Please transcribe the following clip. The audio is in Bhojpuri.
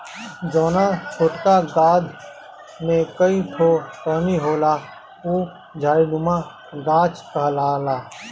जौना छोटका गाछ में कई ठो टहनी होला उ झाड़ीनुमा गाछ कहाला